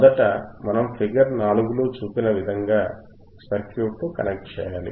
మొదట మనం ఫిగర్ 4 లో చూపిన విధంగా సర్క్యూట్ను కనెక్ట్ చేయాలి